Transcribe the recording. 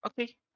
Okay